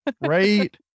Right